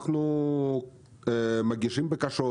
אנחנו מגישים בקשות,